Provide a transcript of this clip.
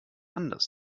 anders